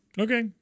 Okay